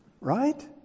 right